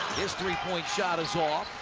his three-point shot is off.